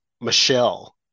Michelle